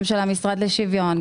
גם של המשרד לשוויון,